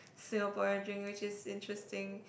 Singaporean drink which is interesting